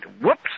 whoops